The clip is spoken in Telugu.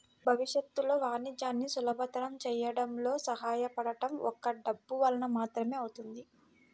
భవిష్యత్తులో వాణిజ్యాన్ని సులభతరం చేయడంలో సహాయపడటం ఒక్క డబ్బు వలన మాత్రమే అవుతుంది